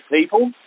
people